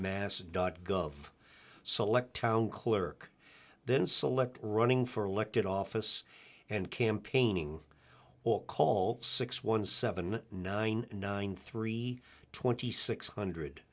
mass dot gov select town clerk then select running for elected office and campaigning or call six one seven nine nine three twenty six hundred